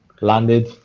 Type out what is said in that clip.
Landed